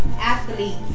athletes